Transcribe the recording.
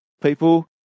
People